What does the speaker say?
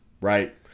Right